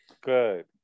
Good